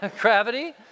gravity